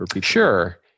Sure